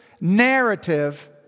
narrative